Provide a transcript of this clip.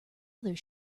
other